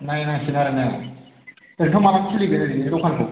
नायनांसिगोन आरोना ओरैनोथ' माला खुलिगोन दखानखौ